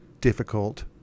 difficult